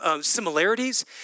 similarities